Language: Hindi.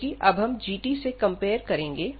क्योंकि अब हम g से कंपेयर करेंगे